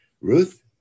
Ruth